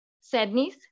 sadness